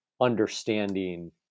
understanding